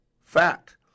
Fact